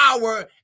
power